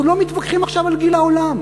אנחנו לא מתווכחים עכשיו על גיל העולם,